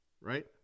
right